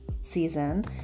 season